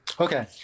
Okay